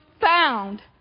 found